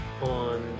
on